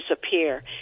disappear